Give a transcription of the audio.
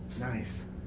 Nice